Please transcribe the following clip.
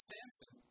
Samson